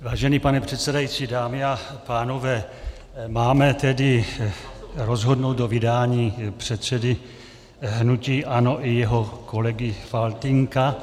Vážený pane předsedající, dámy a pánové, máme tedy rozhodnout o vydání předsedy hnutí ANO i jeho kolegy Faltýnka.